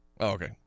Okay